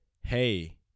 hey